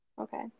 okay